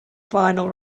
final